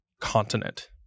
continent